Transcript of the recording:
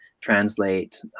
translate